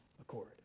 accord